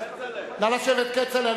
כצל'ה, נא לשבת, כצל'ה.